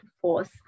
force